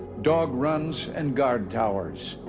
dog runs, and guard towers.